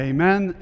Amen